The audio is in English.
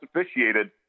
officiated